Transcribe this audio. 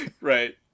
right